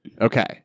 Okay